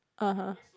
(uh huh)